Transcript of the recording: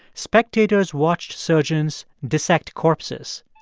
spectators watched surgeons dissect corpses,